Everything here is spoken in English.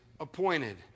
appointed